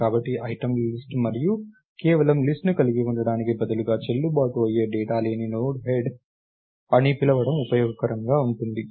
కాబట్టి ఐటెమ్ల లిస్ట్ మరియు కేవలం లిస్ట్ ను కలిగి ఉండటానికి బదులుగా చెల్లుబాటు అయ్యే డేటా లేని హెడ్ నోడ్ అని పిలవడం ఉపయోగకరంగా ఉంటుంది